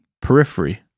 Periphery